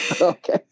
okay